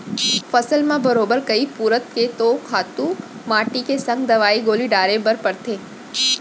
फसल म बरोबर कइ पुरूत के तो खातू माटी के संग दवई गोली डारे बर परथे